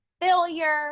failure